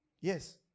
Yes